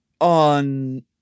On